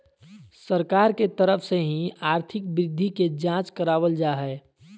सरकार के तरफ से ही आर्थिक वृद्धि के जांच करावल जा हय